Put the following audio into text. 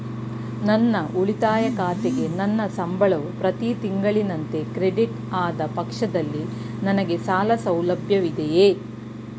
ನನ್ನ ಉಳಿತಾಯ ಖಾತೆಗೆ ನನ್ನ ಸಂಬಳವು ಪ್ರತಿ ತಿಂಗಳಿನಂತೆ ಕ್ರೆಡಿಟ್ ಆದ ಪಕ್ಷದಲ್ಲಿ ನನಗೆ ಸಾಲ ಸೌಲಭ್ಯವಿದೆಯೇ?